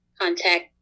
contact